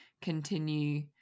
continue